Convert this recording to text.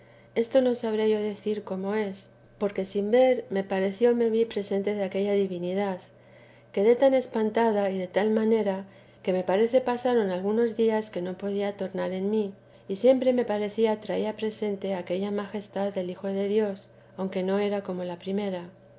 esto no sabré yo decir cómo es porque sin ver me pareció me vi presente de aquella divinidad quedé tan espantada y de tal manera que me parece pasaron algunos días que no podía tornar en mí y siempre me parecía traía presente á aquella majestad del hijo de dios aunque no era como la primera